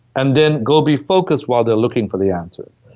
and then go be focused while they're looking for the answers.